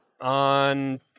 On